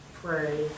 pray